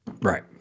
Right